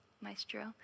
maestro